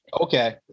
Okay